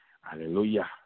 hallelujah